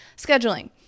scheduling